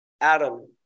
Adam